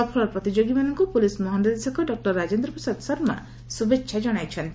ସଫଳ ପ୍ରତିଯୋଗୀମାନଙ୍କୁ ପୁଲିସ୍ ମହାନିର୍ଦ୍ଦେଶକ ଡକ୍ଟର ରାଜେନ୍ଦ୍ର ପ୍ରସାଦ ଶର୍ମା ଶୁଭେଛା ଜଣାଇଛନ୍ତି